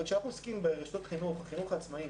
אבל כשאנחנו עוסקים ברשתות חינוך, בחינוך העצמאי,